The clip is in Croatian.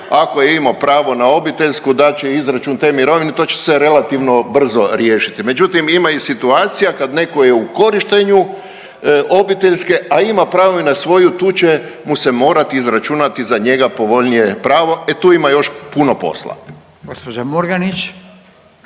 ako je imao pravo na obiteljsku dat će izračun te mirovine, to će se relativno brzo riješiti. Međutim ima i situacija kad neko je u korištenju obiteljske, a ima pravo i na svoju, tu će mu se morat izračunati za njega povoljnije pravo, e tu ima još puno posla. **Radin, Furio